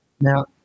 Now